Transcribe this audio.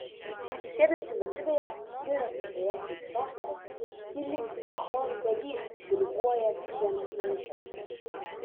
atsisėdusi virtuvėje biuro kėdėje kaip soste ji lyg chorvedys diriguoja visiems namiškiams